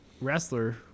wrestler